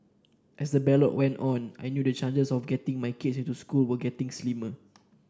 as the ballot went on I knew the chances of getting my kids into the school were getting slimmer